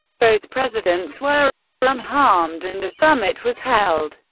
both presidents were unharmed and the summit was held.